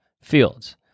fields